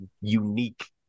unique